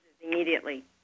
immediately